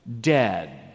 dead